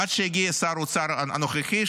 עד שהגיע שר האוצר הנוכחי,